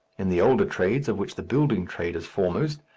in the older trades, of which the building trade is foremost,